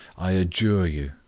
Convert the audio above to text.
i adjure you,